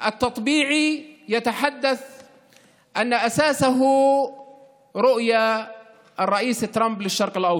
הסכם הנורמליזציה הזה הוא בבסיסו חזונו של הנשיא טראמפ למזרח התיכון.